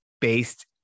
based